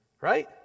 Right